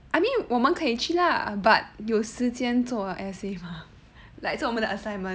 I mean 我们可以去 lah but 有时间做 essay mah